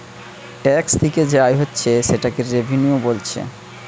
tax থিকে যে আয় হচ্ছে সেটাকে রেভিনিউ বোলছে